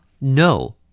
No